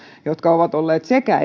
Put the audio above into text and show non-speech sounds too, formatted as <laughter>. jotka ovat olleet sekä <unintelligible>